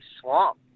swamp